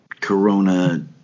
Corona